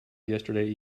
yesterday